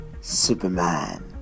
superman